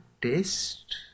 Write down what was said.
taste